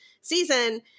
season